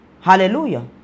Hallelujah